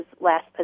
last